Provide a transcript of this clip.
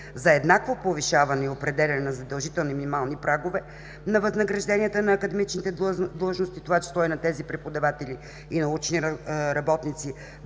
за еднакво повишаване и определяне на задължителни минимални прагове на възнагражденията на академичните длъжности, в това число и на тези преподаватели и научни работници